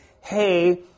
Hey